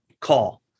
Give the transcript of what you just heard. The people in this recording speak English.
call